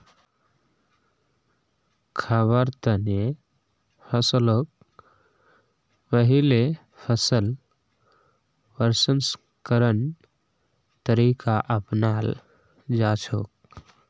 खाबार तने फसलक पहिले फसल प्रसंस्करण तरीका अपनाल जाछेक